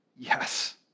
Yes